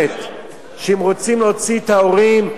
שאם רוצים להוציא את ההורים,